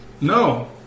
No